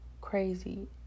crazy